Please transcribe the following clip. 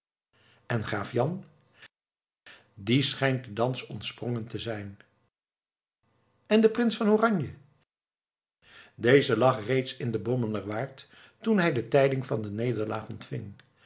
en graaf jan die schijnt den dans ontsprongen te zijn en de prins van oranje deze lag reeds in de bommelerwaard toen hij de tijding van de nederlaag ontving